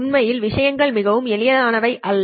உண்மையில் விஷயங்கள் மிகவும் எளிதானவை அல்ல